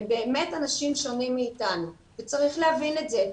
הם באמת אנשים שונים מאיתנו, וצריך להבין את זה.